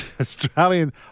Australian